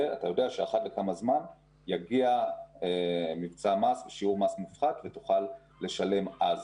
ואתה יודע שאחת לכמה זמן יגיע מבצע מס של שיעור מס מופחת ותוכל לשלם אז.